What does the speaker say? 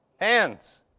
Hands